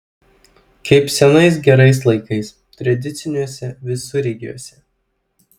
kaip senais gerais laikais tradiciniuose visureigiuose